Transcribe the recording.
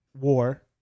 war